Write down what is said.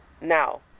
Now